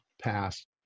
passed